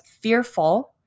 fearful